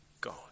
God